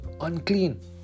unclean